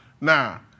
Now